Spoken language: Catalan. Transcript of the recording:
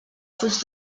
fuig